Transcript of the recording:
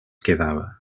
quedava